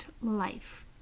life